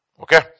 Okay